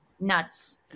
Nuts